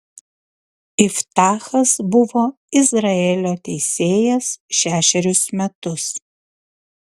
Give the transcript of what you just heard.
iftachas buvo izraelio teisėjas šešerius metus